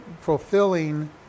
fulfilling